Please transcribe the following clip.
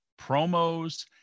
Promos